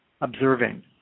observing